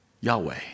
Yahweh